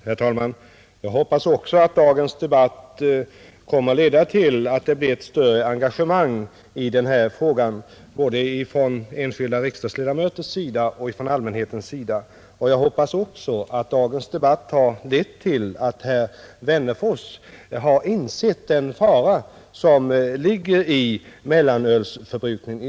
Herr talman! Jag hoppas också att dagens debatt kommer att leda till att det blir ett större engagemang i denna fråga både från enskilda riksdagsledamöters sida och från allmänhetens. Jag tolkar även dagens diskussion som ett tecken på att herr Wennerfors insett den fara som ligger i mellanölsförbrukningen.